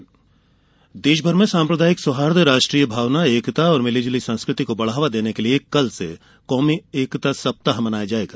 कौमी एकता देशभर में साम्प्रदायिक सौहार्द राष्ट्रीय भावना और एकता तथा मिली जुली संस्कृति को बढावा देने के लिए कल से कौमी एकता सप्ताह मनाया जाएगा